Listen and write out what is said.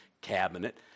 cabinet